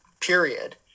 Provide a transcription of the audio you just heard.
period